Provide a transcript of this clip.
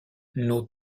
nos